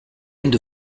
end